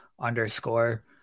underscore